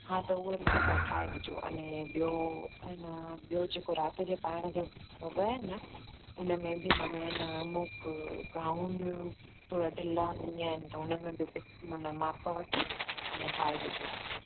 हा त उहे मूंखे हिकु ठाहे ॾिजो अने ॿियो अञा ॿियो जेको राति जे पाइण जा वॻा आहिनि न उनमें बि माना इन अमुक गाऊन थोरा ढिला आहिनि ईअं त उनमें बि फि माना मापु वठी अने ठाहे ॾिजो